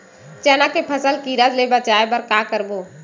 चना के फसल कीरा ले बचाय बर का करबो?